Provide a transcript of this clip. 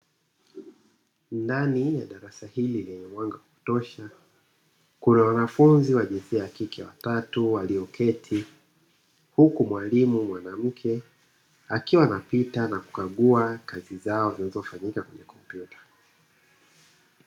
Ndani ya darasa hili lenye mwanga wa kutosha, kuna wanafunzi wa jinsia ya kike watatu walioketi huku mwalimu mwanamke akiwa anapita na kukagua kazi zao zinazofanyika kwenye kompyuta.